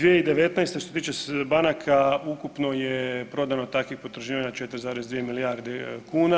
2019. što se tiče banaka ukupno je prodano takvih potraživanja 4,2 milijarde kuna.